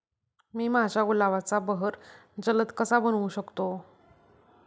मी माझ्या गुलाबाचा बहर जलद कसा बनवू शकतो?